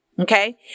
Okay